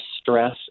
stress